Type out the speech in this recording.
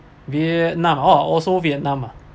vietnam oh also vietnam ah